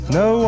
no